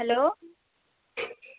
hello